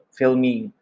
filming